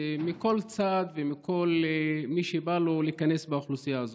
מכל צד ומכל מי שבא לו להיכנס באוכלוסייה הזאת,